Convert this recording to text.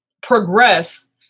progress